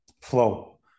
flow